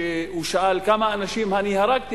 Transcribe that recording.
כשהוא שאל: כמה אנשים אני הרגתי,